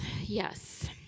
Yes